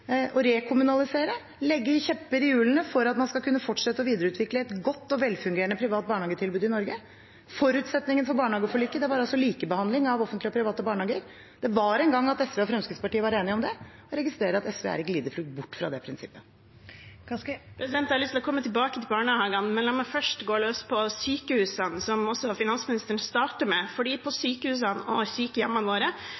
rekommunalisere – stikke kjepper i hjulene for at man skal kunne fortsette å videreutvikle et godt og velfungerende privat barnehagetilbud i Norge. Forutsetningen for barnehageforliket var altså likebehandling av offentlige og private barnehager. En gang var SV og Fremskrittspartiet enige om det. Jeg registrerer at SV er i glideflukt bort fra det prinsippet. Det åpnes for oppfølgingsspørsmål – først Kari Elisabeth Kaski. Jeg har lyst til å komme tilbake til barnehagene, men la meg først gå løs på sykehusene, som også finansministeren startet med.